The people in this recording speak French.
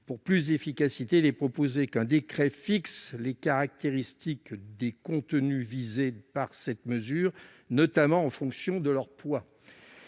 Pour plus d'efficacité, il est proposé qu'un décret fixe les caractéristiques des contenus visés par cette mesure, notamment en fonction de leur poids.